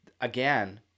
again